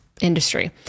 industry